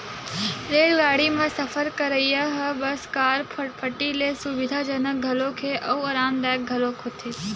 रेलगाड़ी म सफर करइ ह बस, कार, फटफटी ले सुबिधाजनक घलोक हे अउ अरामदायक घलोक होथे